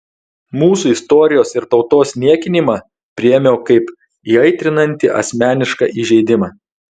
mūsų istorijos ir tautos niekinimą priėmiau kaip įaitrinantį asmenišką įžeidimą